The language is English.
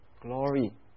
glory